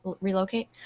relocate